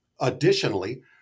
additionally